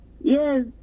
Yes